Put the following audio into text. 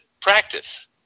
practice